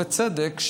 ובצדק,